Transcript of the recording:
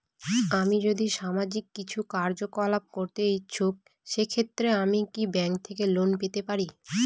আমি যদি সামাজিক কিছু কার্যকলাপ করতে ইচ্ছুক সেক্ষেত্রে আমি কি ব্যাংক থেকে লোন পেতে পারি?